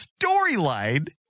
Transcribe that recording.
storyline